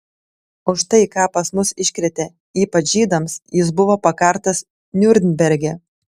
už tai ką pas mus iškrėtė ypač žydams jis buvo pakartas niurnberge